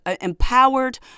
empowered